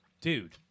dude